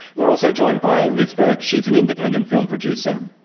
we're also joined by liz burke, she is an independent film producer.